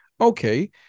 okay